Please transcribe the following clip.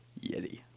Yeti